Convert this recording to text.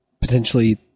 potentially